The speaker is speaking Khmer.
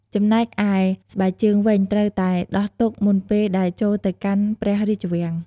ចំណែកឯស្បែកជើងវិញត្រូវតែ ដោះទុកមុនពេលដែលចូលទៅកាន់ព្រះរាជវាំង។